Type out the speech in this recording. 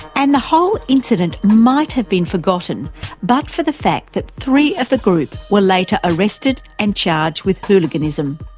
and the whole incident might have been forgotten but for the fact that three of the group were later arrested and charged with hooliganism.